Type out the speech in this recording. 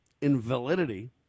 invalidity